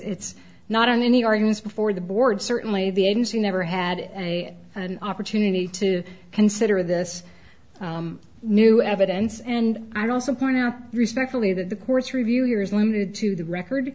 it's not in any arguments before the board certainly the agency never had a opportunity to consider this new evidence and i'd also point out respectfully that the court's review here is limited to the record